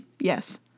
yes